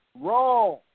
wrong